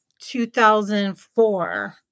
2004